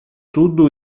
tudo